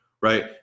right